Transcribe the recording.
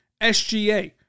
SGA